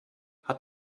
hat